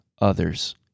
others